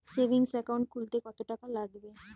Savings account খুলতে কতটাকা লাগবে?